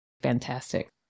Fantastic